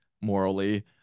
morally